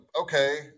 okay